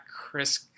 Chris